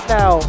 now